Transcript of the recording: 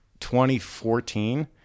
2014